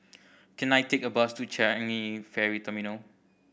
can I take a bus to Changi Ferry Terminal